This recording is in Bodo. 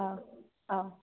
औ औ